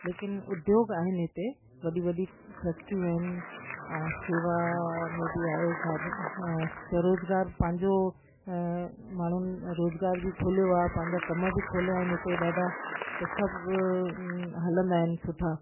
लेकिन उद्योग आहिनि हिते वॾी वॾी फैक्ट्रियूं आहिनि ऐं सेवा में बि आहे साधन सां ऐं स्वरोजगार पंहिंजो माण्हुनि रोज़गार बि खुलियो आहे पंहिंजा कम बि खुलिया आहिनि हिते ॾाढा सभु हलंदा आहिनि सुठा